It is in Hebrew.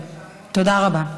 תודה רבה.